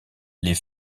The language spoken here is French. les